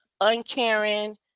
uncaring